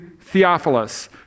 Theophilus